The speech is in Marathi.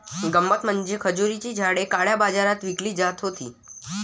गंमत म्हणजे खजुराची झाडे काळ्या बाजारात विकली जात होती